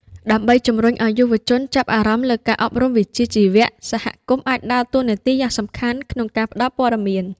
ដើម្បីជំរុញឱ្យយុវជនចាប់អារម្មណ៍លើការអប់រំវិជ្ជាជីវៈ សហគមន៍អាចដើរតួនាទីយ៉ាងសំខាន់ក្នុងការផ្តល់ព័ត៌មាន។